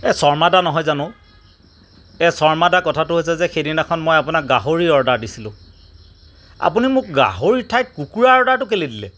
এ শৰ্মা দা নহয় জানো এ শৰ্মা দা কথাটো হৈছে যে সেইদিনাখন মই আপোনাক গাহৰি অৰ্ডাৰ দিছিলোঁ আপুনি মোক গাহৰিৰ ঠাইত কুকুৰা অৰ্ডাৰটো কেলেই দিলে